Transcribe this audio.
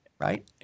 Right